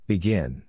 Begin